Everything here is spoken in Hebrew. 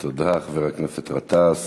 תודה, חבר הכנסת גטאס.